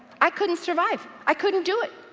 i couldn't survive. i couldn't do it,